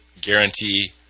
guarantee